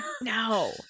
No